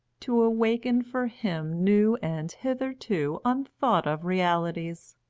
to awaken for him new and hitherto unthought-of realities.